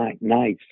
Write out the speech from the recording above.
nice